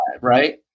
right